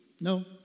no